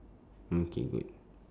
okay good